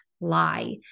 lie